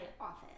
office